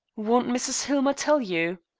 won't mrs. hillmer tell you?